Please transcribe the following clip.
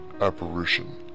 Apparition